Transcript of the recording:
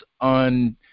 on